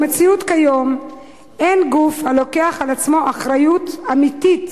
במציאות כיום אין גוף הלוקח על עצמו אחריות אמיתית